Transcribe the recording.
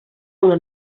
una